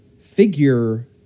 figure